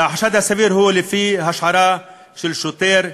והחשד הסביר הוא לפי השערה של שוטר,